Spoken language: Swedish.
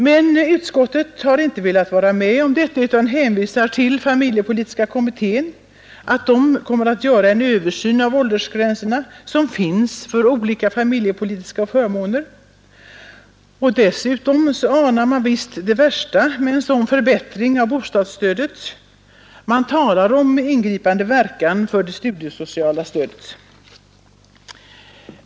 Utskottet har emellertid nu inte velat vara med om detta utan hänvisar till att familjepolitiska kommittén kommer att göra en översyn av de åldersgränser som finns för olika familjepolitiska förmåner. Dessutom anar man visst det värsta med en sådan förbättring av bostadsstödet — man talar om ingripande verkan på det studiesociala stödet.